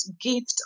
gift